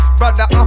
brother